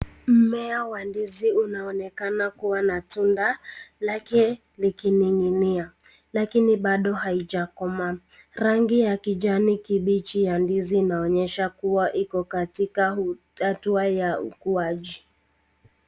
Mmea wa ndizi unaonekana kuwa na tunda lake likining'inia lakini bado haijakomaa. Rangi ya kijani kibichi ya ndizi inaonyesha kuwa iko katika hatua ya ukuaji.